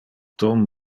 tom